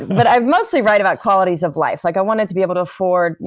but i mostly write about qualities of life. like i wanted to be able to afford.